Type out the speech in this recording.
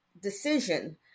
decision